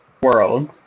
world